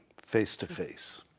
face-to-face